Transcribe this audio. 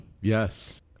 Yes